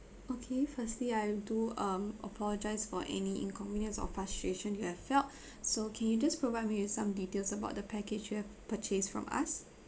okay firstly I do um apologise for any inconvenience or frustration you have felt so can you just provide me with some details about the package you have purchased from us